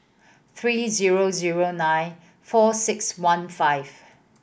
three zero zero nine four six one five